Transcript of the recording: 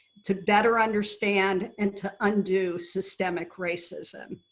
to better understand and to undo systemic racism.